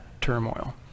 turmoil